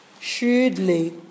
shrewdly